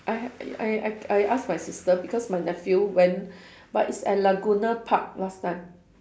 I I I I ask my sister because my nephew went but it's at laguna park last time